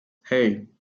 hey